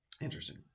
interesting